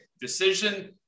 decision